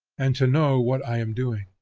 and to know what i am doing.